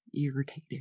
Irritated